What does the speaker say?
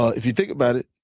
if you think about it,